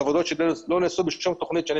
אלה עבודות שלא נעשו בשום תכנית שאני